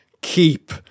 Keep